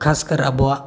ᱠᱷᱟᱥᱠᱟᱨ ᱟᱵᱚᱣᱟᱜ